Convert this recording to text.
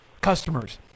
customers